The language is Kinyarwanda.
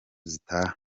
zitaha